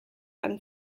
and